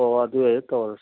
ꯑꯣ ꯑꯗꯨ ꯍꯦꯛ ꯇꯧꯔꯁꯤ